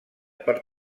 per